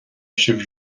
sibh